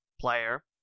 player